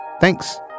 Thanks